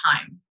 time